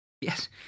Yes